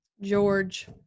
George